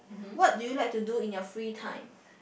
what do you like to do in your free time